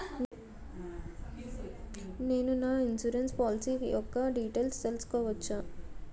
నేను నా insurance policy యెక్క డీటైల్స్ తెల్సుకోవచ్చా?